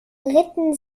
ritten